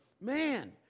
Man